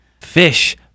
fish